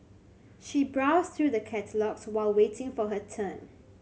she browsed through the catalogues while waiting for her turn